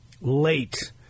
late